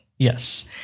yes